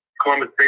Columbus